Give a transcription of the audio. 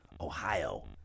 Ohio